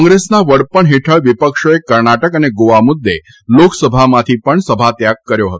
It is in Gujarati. કોંગ્રેસના વડપણ હેઠળ વિપક્ષોએ કર્ણાટક એન ગોવા મુદ્દે લોકસભામાંથી પણ સભાત્યાગ કર્યો હતો